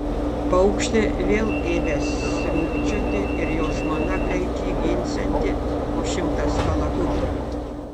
paukštė vėl ėmęs sriubčioti ir jo žmona greit jį ginsianti po šimtas kalakutų